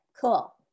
cool